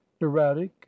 erratic